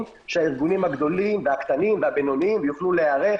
שהארגונים הגדולים והקטנים והבינוניים יוכלו להיערך,